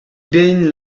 baigne